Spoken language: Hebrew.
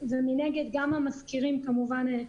ומנגד גם המשכירים כמובן,